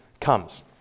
comes